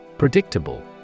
Predictable